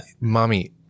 mommy